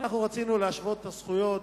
רצינו להשוות את הזכויות,